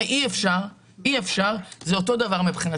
הרי אי אפשר אי אפשר, זה אותו דבר מבחינתי.